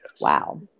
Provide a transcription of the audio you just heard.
Wow